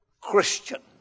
Christian